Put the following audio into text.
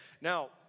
Now